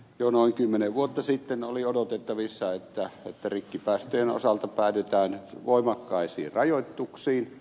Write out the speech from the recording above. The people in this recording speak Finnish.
jo noin kymmenen vuotta sitten oli odotettavissa että rikkipäästöjen osalta päädytään voimakkaisiin rajoituksiin